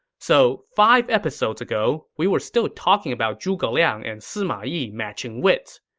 so, five episodes ago, we were still talking about zhuge liang and sima yi matching wits.